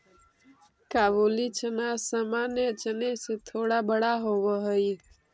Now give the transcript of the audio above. काबुली चना सामान्य चने से थोड़ा बड़ा होवअ हई